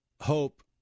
hope